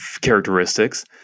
characteristics